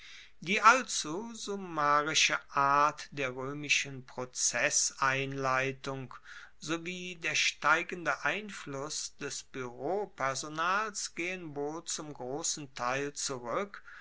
die allzu summarische art der roemischen prozesseinleitung sowie der steigende einfluss des bueropersonals gehen wohl zum grossen teil zurueck